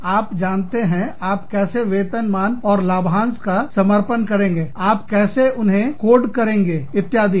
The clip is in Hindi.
तो आप जानते हैं आप कैसे वेतन मान और लाभांश का समर्पण करेंगे आप कैसे उन्हें कोड करेंगे इत्यादि